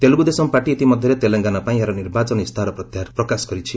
Telugu Desam party ଇତିମଧ୍ୟରେ ତେଲଙ୍ଗାନା ପାଇଁ ଏହାର ନିର୍ବାଚନ ଇସ୍ତାହାର ପ୍ରକାଶ କରିଛି